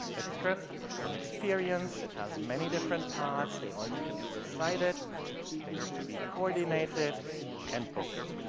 a trip is an experience it has many different parts. they all need to be decided they need to be coordinated and booked.